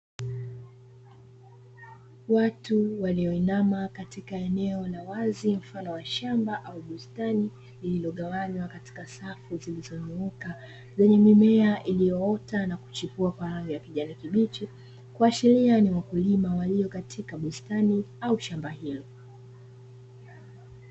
Watu walioinama katika eneo la wazi mfano wa shamba au bustani lililogawanywa katila safu zilizo nyooka zenye mimea iliyoota na kuchipua kwa rangi ya kijani kibichi, kuashiri ni wakulima walio katika bustani au shamba hilo.